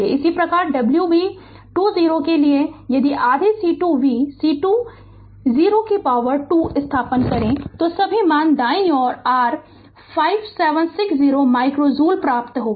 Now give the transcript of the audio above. इसी प्रकार w b 2 0 के लिए यदि आधे C2 v C2 0 2 स्थानापन्न करें तो सभी मान दायीं ओर r 5760 माइक्रो जूल प्राप्त होंगे